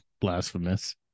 blasphemous